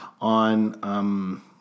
on